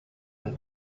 and